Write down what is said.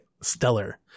stellar